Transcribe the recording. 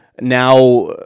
now